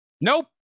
nope